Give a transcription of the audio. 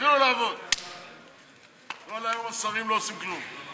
אני קובעת כי הצעת חוק הבטחת הכנסה (תיקון,